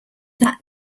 that